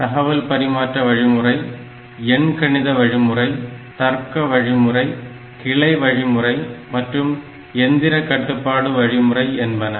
தகவல் பரிமாற்ற வழிமுறை எண்கணித வழிமுறை தர்க்க வழிமுறை கிளை வழிமுறை மற்றும் எந்திர கட்டுப்பாடு வழிமுறை என்பன